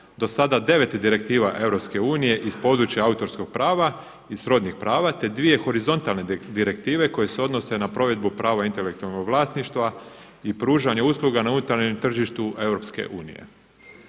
do sada 9 direktiva EU iz područja autorskog prava i srodnih prava te dvije horizontalne direktive koje se odnose na provedbu prava intelektualnog vlasništva i pružanje usluga na unutarnjem tržištu EU.